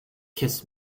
kiss